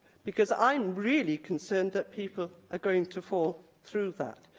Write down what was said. because i'm really concerned that people are going to fall through that.